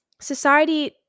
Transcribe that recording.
Society